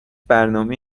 برنامه